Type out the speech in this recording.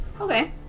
Okay